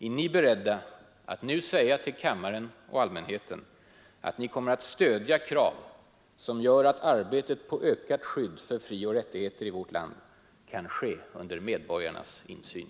Är ni beredda att nu säga till kammaren och allmänheten att ni i dag kommer att stödja krav, som gör att arbetet på ökat skydd för frioch rättigheter i vårt land kan ske under medborgarnas insyn?